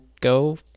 go